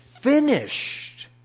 finished